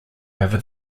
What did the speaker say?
over